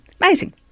Amazing